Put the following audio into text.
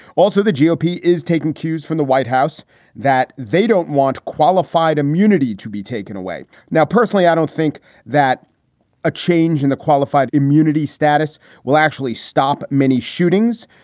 also, the gop is taking cues from the white house that they don't want qualified immunity to be taken away. now, personally, i don't think that a change in the qualified immunity status will actually stop many shootings.